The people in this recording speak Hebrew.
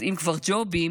אז אם כבר ג'ובים,